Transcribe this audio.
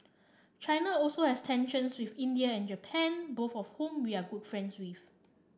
China also has tensions with India and Japan both of whom we are good friends with